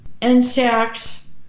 insects